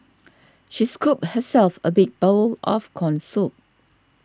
she scooped herself a big bowl of Corn Soup